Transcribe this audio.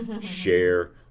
share